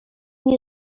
nie